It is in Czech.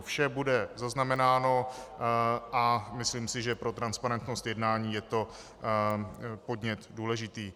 Vše bude zaznamenáno a myslím si, že pro transparentnost jednání je to podnět důležitý.